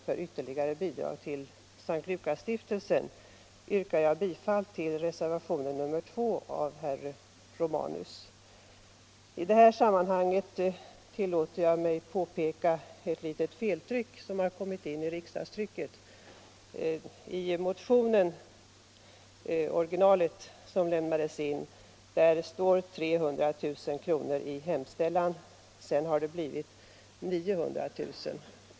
för ytterligare bidrag till S:t Lukasstiftelsen, vrkar jag bifall till reservationen 2 av herr Romanus. I det här sammanhanget tillåter jag mig påpeka ett litet feltryck som kommit in i riksdagstrycket. I orginalet till motionen står det 300 000 kr. i hemställan, men sedan har den blivit 900 000 kr.